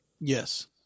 Yes